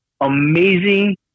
amazing